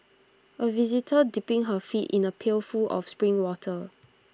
A visitor dipping her feet in A pail full of spring water